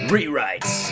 Rewrites